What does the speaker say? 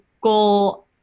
goal